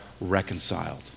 reconciled